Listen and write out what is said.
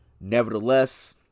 Nevertheless